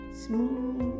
smooth